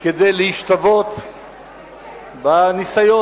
כדי להשתוות בניסיון,